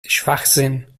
schwachsinn